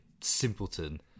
simpleton